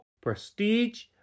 prestige